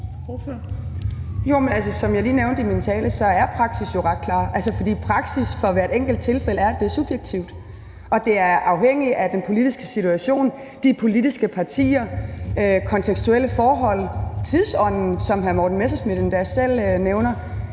som jeg lige nævnte i min tale, er praksis jo ret klar, fordi praksis for hvert enkelt tilfælde er, at det er subjektivt, og at det er afhængig af den politiske situation, de politiske partier, kontekstuelle forhold, tidsånden, som hr. Morten Messerschmidt endda selv nævner.